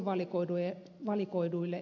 arvoisa puhemies